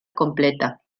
completa